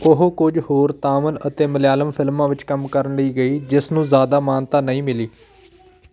ਉਹ ਕੁਝ ਹੋਰ ਤਾਮਿਲ ਅਤੇ ਮਲਿਆਲਮ ਫ਼ਿਲਮਾਂ ਵਿੱਚ ਕੰਮ ਕਰਨ ਲਈ ਗਈ ਜਿਸ ਨੂੰ ਜ਼ਿਆਦਾ ਮਾਨਤਾ ਨਹੀਂ ਮਿਲੀ